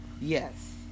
Yes